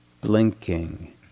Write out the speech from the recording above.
blinking